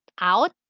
out